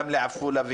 גם לעפולה,